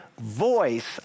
voice